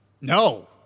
No